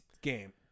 game